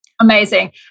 Amazing